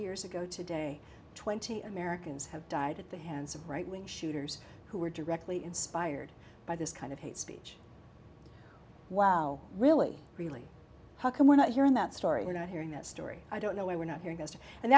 years ago today twenty americans have died at the hands of right wing shooters who were directly inspired by this kind of hate speech wow really really how come we're not hearing that story you're not hearing that story i don't know why we're not hearing us and